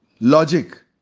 logic